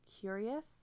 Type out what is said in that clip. curious